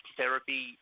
therapy